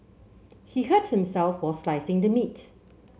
he hurt himself while slicing the meat